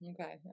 Okay